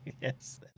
Yes